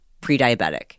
pre-diabetic